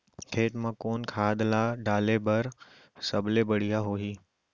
खेत म कोन खाद ला डाले बर सबले बढ़िया होही?